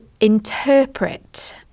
interpret